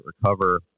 recover